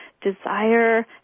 desire